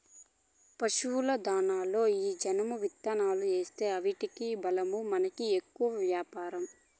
పశుల దాణాలలో ఈ జనుము విత్తూలేస్తీ ఆటికి బలమూ మనకి ఎక్కువ వ్యాపారం